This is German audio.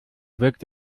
wirkt